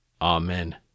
Amen